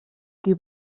qui